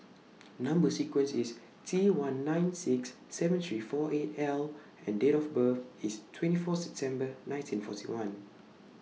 Number sequence IS T one nine six seven three four eight L and Date of birth IS twenty four September nineteen forty one